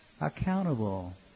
accountable